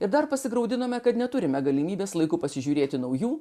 ir dar pasigraudinome kad neturime galimybės laiku pasižiūrėti naujų